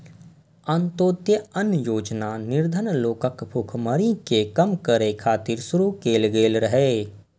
अंत्योदय अन्न योजना निर्धन लोकक भुखमरी कें कम करै खातिर शुरू कैल गेल रहै